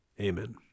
Amen